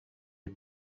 les